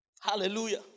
Hallelujah